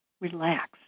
relax